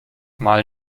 mal